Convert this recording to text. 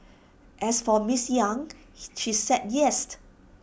as for miss yang she said